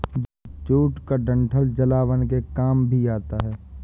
jute का डंठल जलावन के काम भी आता है